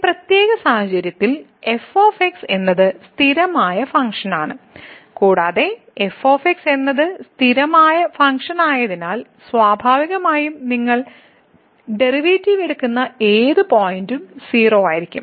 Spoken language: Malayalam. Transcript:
ഈ പ്രത്യേക സാഹചര്യത്തിൽ f എന്നത് സ്ഥിരമായ ഫങ്ക്ഷനാണ് കൂടാതെ f എന്നത് സ്ഥിരമായ ഫങ്ക്ഷനായതിനാൽ സ്വാഭാവികമായും നിങ്ങൾ ഡെറിവേറ്റീവ് എടുക്കുന്ന ഏത് പോയിന്റും 0 ആയിരിക്കും